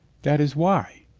that is why.